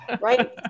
right